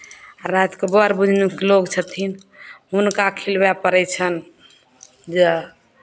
रातिकेँ बर बुझनुक लोक छथिन हुनका खिलबय पड़ै छनि जे